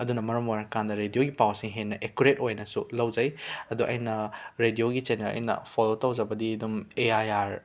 ꯑꯗꯨꯅ ꯃꯔꯝ ꯑꯣꯏꯔꯀꯥꯟꯗ ꯔꯦꯗꯤꯑꯣꯒꯤ ꯄꯥꯎꯁꯤ ꯍꯦꯟꯅ ꯑꯦꯀꯨꯔꯦꯠ ꯑꯣꯏꯅꯁꯨ ꯂꯧꯖꯩ ꯑꯗꯣ ꯑꯩꯅ ꯔꯦꯗꯤꯑꯣꯒꯤ ꯆꯦꯅꯦꯜ ꯑꯩꯅ ꯐꯣꯂꯣ ꯇꯧꯖꯕꯗꯤ ꯑꯗꯨꯝ ꯑꯦ ꯑꯥꯏ ꯑꯥꯔ